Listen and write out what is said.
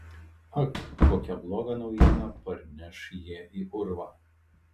ak kokią blogą naujieną parneš jie į urvą